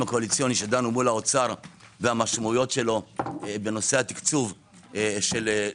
הקואליציוני שדנו מול האוצר והמשמעויות שלו בנושא התקצוב ל-75-25.